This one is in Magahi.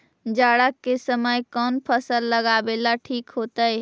जाड़ा के समय कौन फसल लगावेला ठिक होतइ?